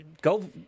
Go